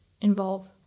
involve